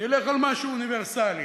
נלך על משהו אוניברסלי,